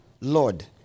Lord